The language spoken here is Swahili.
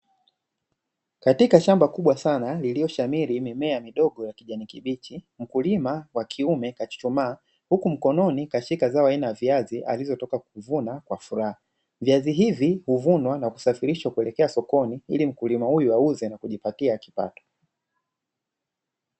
Katika shamba kubwa sana iliyoshamiri mimea midogo ya kijani kibichi, mkulima wa kiume kuchuchumaa huku mkononi kushika zao aina la viazi aliyotoka kuvuna kwa furaha, viazi hivi huvunwa na kusafirishwa kuelekea sokoni ili mkulima huyo auze na kujipatia kipato.